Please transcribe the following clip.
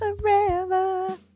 Forever